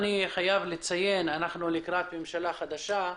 אני חייב לציין, אנחנו לקראת ממשלה חדשה.